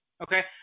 okay